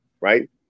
right